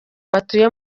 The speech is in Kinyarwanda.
batuye